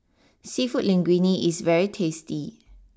Seafood Linguine is very tasty